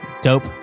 Dope